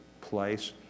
place